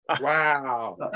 Wow